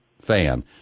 fan